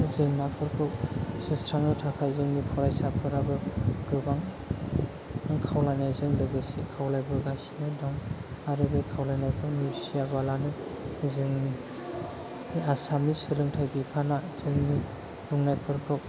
जेंनाफोरखौ सुस्रांनो थाखाय जोंनि फरायसाफोराबो गोबां खावलायनायजों लोगोसे खावलायबोगासिनो दं आरो बे खावलायनायखौ नेवसियाबालानो जोंनि आसामनि सोलोंथाय बिफाना जोंनि बुंनायफोरखौ